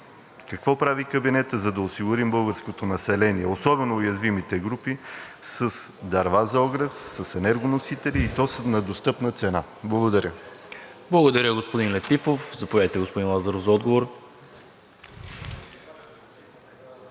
какво прави кабинетът, за да осигурим българското население и особено уязвимите групи с дърва за огрев, с енергоносители, и то на достъпна цена? Благодаря. ПРЕДСЕДАТЕЛ НИКОЛА МИНЧЕВ: Благодаря, господин Летифов. Заповядайте, господин Лазаров, за отговор.